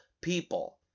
people